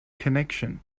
connection